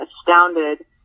astounded